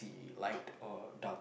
light or dark